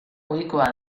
ohikoa